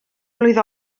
mlwydd